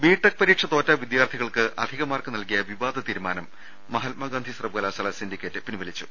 BTech പരീക്ഷ തോറ്റ വിദ്യാർത്ഥികൾക്ക് അധിക മാർക്ക് നൽകിയ വിവാദ തീരുമാനം മഹാത്മാഗാന്ധി സർവകലാശാലാ സിൻഡിക്കേറ്റ് പിൻവലിച്ചു